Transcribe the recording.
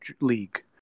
league